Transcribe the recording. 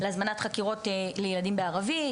להזמנת חקירות לילדים בערבית.